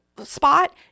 spot